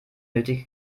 nötige